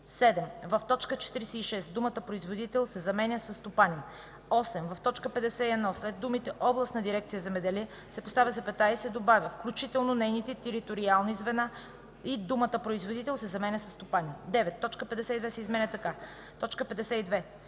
7. В т. 46 думата „производител” се заменя със „стопанин”. 8. В т. 51 след думите „областната дирекция „Земеделие” се поставя запетая и се добавя „включително нейните териториални звена” и думата „производител” се заменя със „стопанин”. 9. Точка 52 се изменя така: „52.